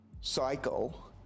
cycle